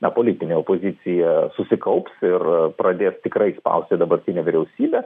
na politinė opozicija susikaups ir pradės tikrai spausti dabartinę vyriausybę